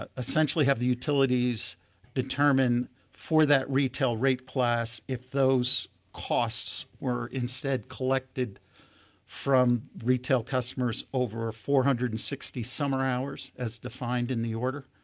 ah essentially have the utilities determine for that retail rate class if those costs were instead collected from retail customers over four hundred and sixty summer hours as defined in the order.